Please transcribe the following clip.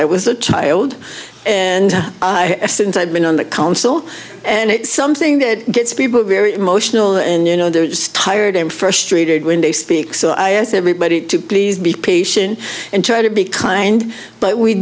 i was a child and since i've been on the council and it's something that gets people very emotional and you know they're just tired and frustrated when they speak so i asked everybody to please be patient and try to be kind but we